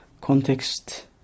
context